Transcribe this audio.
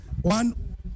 One